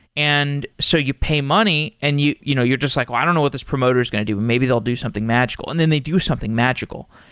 and so you pay money and you know you're just like, well, i don't know what this promoter is going to do. maybe they'll do something magical, and then they do something magical,